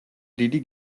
დიდი